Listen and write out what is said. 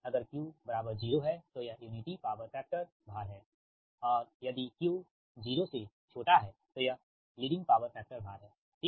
अगर Q 0 है तो यह यूनिटी पॉवर फैक्टर भार है और यदि Q0 है तो यह लीडिंग पॉवर फैक्टर भार है ठीक